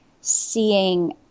seeing